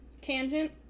tangent